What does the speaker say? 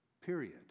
period